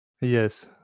Yes